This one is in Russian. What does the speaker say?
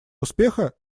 успеха